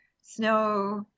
snow